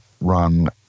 run